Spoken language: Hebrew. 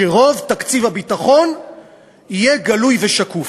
שרוב תקציב הביטחון יהיה גלוי ושקוף.